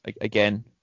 again